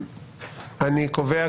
מי נמנע?